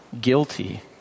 guilty